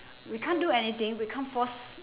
we can't do anything we can't force